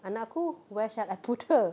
anak aku where shall I put her